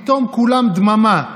פתאום כולן דממה,